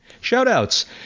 Shout-outs